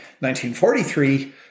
1943